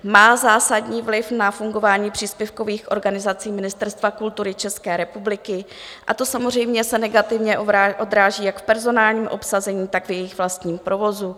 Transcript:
Má zásadní vliv na fungování příspěvkových organizací Ministerstva kultury České republiky a to samozřejmě se negativně odráží jak v personálním obsazení, tak v jejich vlastním provozu.